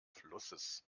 flusses